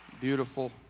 Beautiful